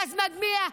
גז מדמיע,